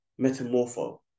Metamorpho